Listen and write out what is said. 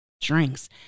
drinks